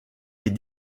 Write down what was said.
est